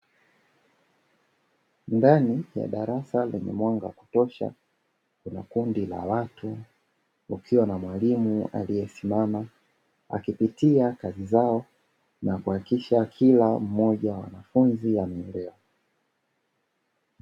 Ndani ya darasa lenye mwanga wa kutosha kuna kundi la watu, wakiwa na mwalimu aliyesimama akipitia kazi zao na kuhakikisha kila mmoja wa wanafunzi anaelewa.